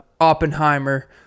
Oppenheimer